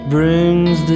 Brings